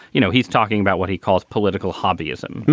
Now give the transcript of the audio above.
you know, he's talking about what he calls political hobby ism.